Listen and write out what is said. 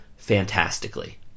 Fantastically